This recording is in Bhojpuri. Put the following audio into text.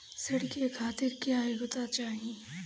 ऋण के खातिर क्या योग्यता चाहीं?